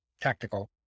tactical